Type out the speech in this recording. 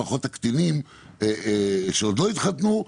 לפחות הקטינים שעוד לא התחתנו,